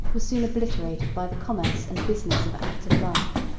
was soon obliterated by the commerce and business of active life.